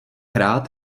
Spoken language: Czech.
rád